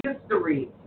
history